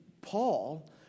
Paul